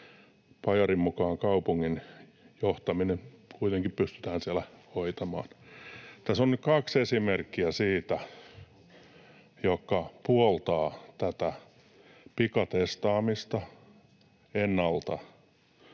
Pajarin mukaan kaupungin johtaminen kuitenkin pystytään hoitamaan.” Tässä on nyt kaksi esimerkkiä, jotka puoltavat tätä pikatestaamista ennalta.